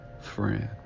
friend